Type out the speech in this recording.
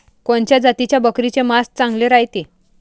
कोनच्या जातीच्या बकरीचे मांस चांगले रायते?